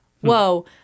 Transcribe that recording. whoa